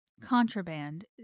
Contraband